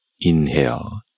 inhale